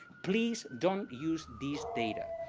please don't use this data.